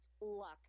luck